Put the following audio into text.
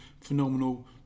phenomenal